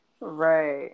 Right